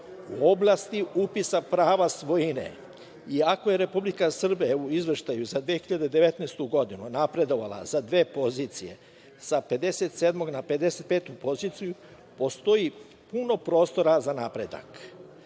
oblasti upisa prava svojine, iako je Republika Srbija u izveštaju za 2019. godinu napredovala za dve pozicije, sa 57 na 55 poziciju, postoji puno prostora za napredak.